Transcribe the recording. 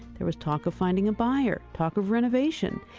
there was talk of finding a buyer, talk of renovation.